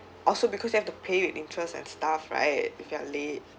also because you have to pay interest and stuff right if you are late